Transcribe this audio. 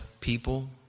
people